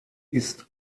ist